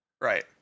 Right